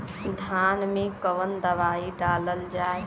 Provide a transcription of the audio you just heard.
धान मे कवन दवाई डालल जाए?